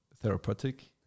therapeutic